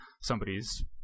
somebody's